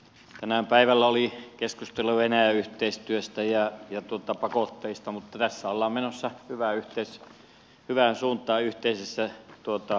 tänään päivällä oli keskustelua venäjä yhteistyöstä ja pakotteista mutta tässä ollaan menossa hyvään suuntaan yhteisessä jäänmurrossa